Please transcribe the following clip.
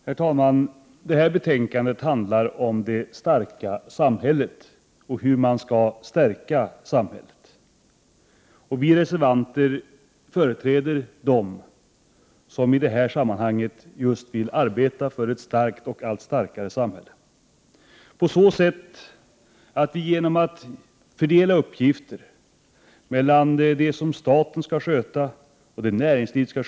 Herr talman! Detta betänkande handlar om det starka samhället. Vi reservanter företräder dem som i detta sammanhang vill arbeta för ett allt starkare samhälle. Detta skall åstadkommas genom att man fördelar uppgifter mellan staten och näringslivet.